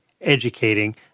educating